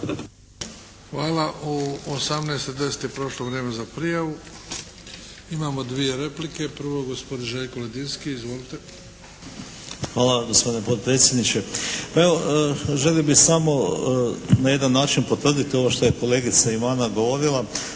Hvala. U 18 i 10 je prošlo vrijeme za prijavu. Imamo dvije replike. Prvo, gospodin Željko Ledinski. Izvolite. **Ledinski, Željko (HSS)** Hvala gospodine potpredsjedniče. Pa evo želio bih samo na jedan način potvrditi ovo što je kolegica Ivana govorila